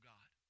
God